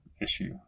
issue